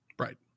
Right